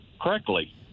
correctly